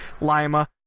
lima